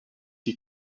die